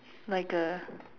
like a